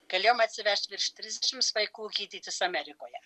galėjom atsivežti virš trisdešimt vaikų gydytis amerikoje